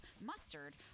mustard